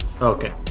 Okay